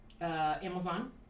Amazon